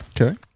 Okay